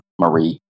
Marie